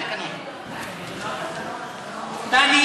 טלי,